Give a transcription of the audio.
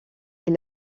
est